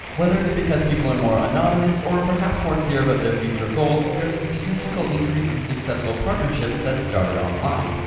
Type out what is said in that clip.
whether it's because people are more anonymous or perhaps more clear about their future goals, there is a statistical increase in successful partnerships that started online.